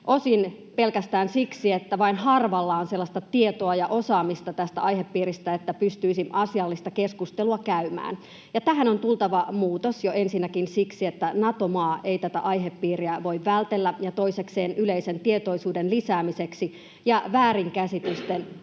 osin pelkästään siksi, että vain harvalla on sellaista tietoa ja osaamista tästä aihepiiristä, että pystyisi asiallista keskustelua käymään. Tähän on tultava muutos jo ensinnäkin siksi, että Nato-maa ei tätä aihepiiriä voi vältellä, ja toisekseen yleisen tietoisuuden lisäämiseksi ja väärinkäsitysten vähentämiseksi.